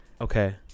Okay